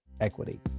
equity